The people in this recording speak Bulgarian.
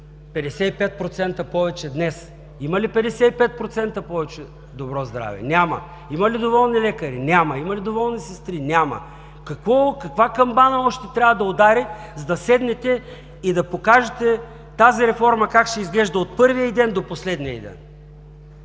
55% повече днес. Има ли 55% повече добро здраве? Няма. Има ли доволни лекари? Няма. Има ли доволни сестри? Няма. Каква камбана още трябва да удари, за да седнете и да покажете тези реформа как ще изглежда от първия й до последния й ден.